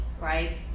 right